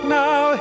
now